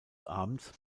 abends